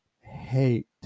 hate